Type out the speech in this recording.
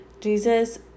jesus